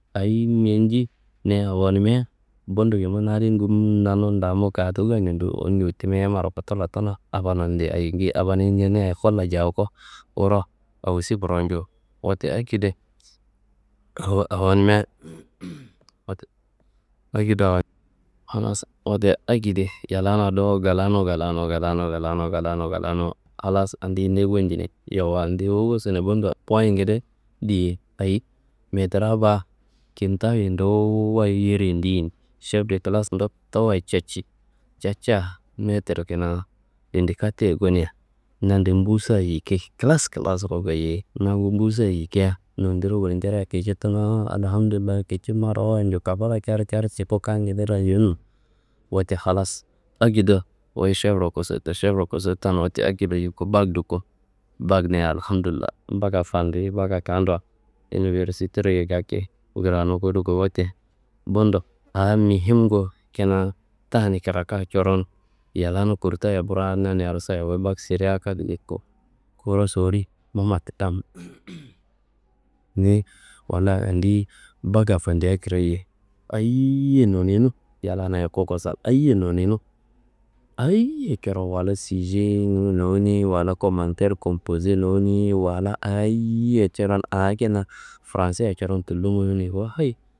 Ayimbe ci ni awonumia budo yumu na adin gum nannun damu gaatu gaanimi dowo ñuno timia yammaro kotula tuna abanunde ayinge abanuyi ñenea ekollo jaako, wuro awosi kuro nju. Wote akedo awonimia halas wote akedi yallana dowo galanu galanu galanu galanu galaanu galanu galanu galanu galanu, halas andiyi ni konjinei. Yowa nondi wu kosunoiwa, bundo poyin ngede diye. Ayi metrá ba kintawuye nduwu wayi yor yindi yindi šef de klas ndotto wayi catci, catcia metir kina tendi kateyi gona nande busa yike, klas klasro gayei nangu busa yika. Nondiro kici tuna Alhamdullayi kici marawayid nja kafullo car car coku kangede rayenu no. Wote halas akedo, wu šefro kosotowo, šef kosotuwan watte akedo yuku bak duku, bakna Alhamdullayi, bakka fandiyi, bakka gaaduwa iniversiteroyi gaki kranu koduko. Wote bundo, a mihimngu kina tani kraka coron yallana kurtaya braad naniyaro soyia wu bak seri A kat wu sowori Mamat ni Wallayi andi bakka fandea kirayiye. Ayiye nonenu yallana ayiye nonenu, ayiye coron walla sije nowune, wala komanter kompose, wala ayiye coron a kina franse coron tullo nowune bo hayi.